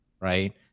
Right